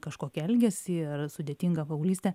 kažkokį elgesį ar sudėtingą paauglystę